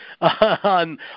on